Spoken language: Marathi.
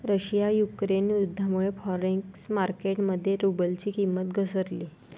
रशिया युक्रेन युद्धामुळे फॉरेक्स मार्केट मध्ये रुबलची किंमत घसरली